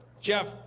Jeff